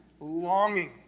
longing